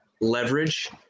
leverage